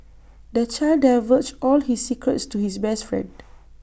the child divulged all his secrets to his best friend